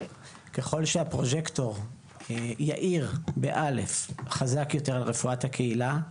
שהפרוג'קטור יאיר חזק יותר על רפואת הקהילה,